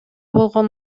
болгон